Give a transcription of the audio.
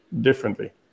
differently